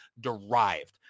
derived